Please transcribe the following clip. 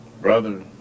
brother